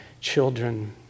children